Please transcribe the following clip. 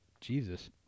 Jesus